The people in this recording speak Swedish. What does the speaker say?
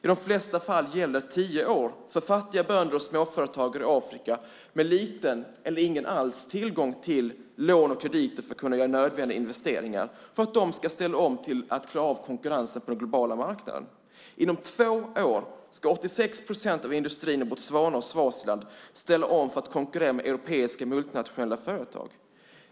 I de flesta fall gäller tio år för fattiga bönder och småföretagare i Afrika, med liten eller ingen tillgång till lån och krediter, för att göra nödvändiga investeringar och ställa om så att de klarar konkurrensen på den globala marknaden. Inom två år ska 86 procent av industrin i Botswana och Swaziland ställa om för att konkurrera med europeiska multinationella företag.